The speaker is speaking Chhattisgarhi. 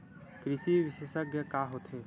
कृषि विशेषज्ञ का होथे?